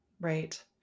Right